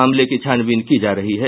मामले की छानबीन की जा रही है